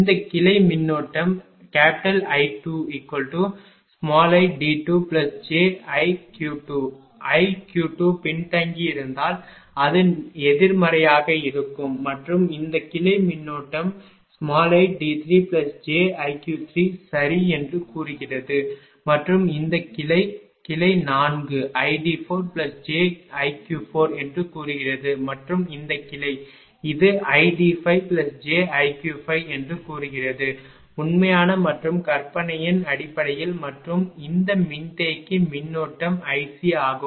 இந்த கிளை மின்னோட்டம் I2id2jiq2 iq2 பின்தங்கியிருந்தால் அது எதிர்மறையாக இருக்கும் மற்றும் இந்த கிளை மின்னோட்டம் id3jiq3 சரி என்று கூறுகிறது மற்றும் இந்த கிளை கிளை 4 id4jiq4 என்று கூறுகிறது மற்றும் இந்த கிளை இது id5jiq5 என்று கூறுகிறது உண்மையான மற்றும் கற்பனையின் அடிப்படையில் மற்றும் இந்த மின்தேக்கி மின்னோட்டம் iC ஆகும்